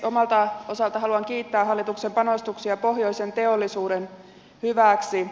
omalta osaltani haluan kiittää hallituksen panostuksia pohjoisen teollisuuden hyväksi